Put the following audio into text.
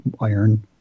iron